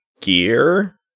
gear